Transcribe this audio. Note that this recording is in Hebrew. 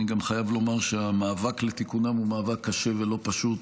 אני גם חייב לומר שהמאבק לתיקונם הוא מאבק קשה ולא פשוט